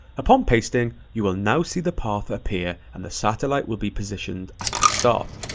upon pasting, you will now see the path appear and the satellite will be positioned at the start.